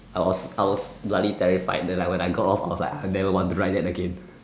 I was I was bloody terrified then I when I go off I was like I never want to ride that again